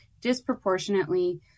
disproportionately